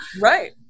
Right